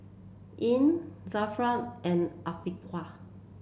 Ain Zafran and Afiqah